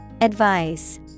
Advice